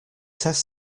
test